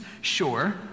sure